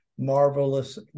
Marvelous